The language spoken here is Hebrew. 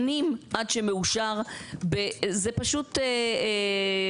שנים עד שמאושר, אלה פשוט ייסורים.